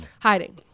Hiding